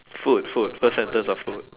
food food first sentence are food